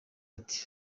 ati